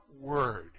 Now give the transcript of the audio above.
word